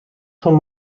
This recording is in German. schon